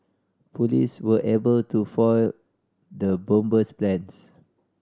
police were able to foil the bomber's plans